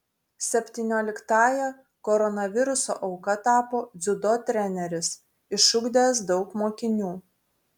septynioliktąja koronaviruso auka tapo dziudo treneris išugdęs daug mokinių